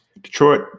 Detroit